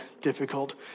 difficult